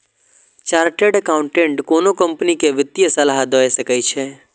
chartered accountant कोनो company कें वित्तीय सलाह दए सकै छै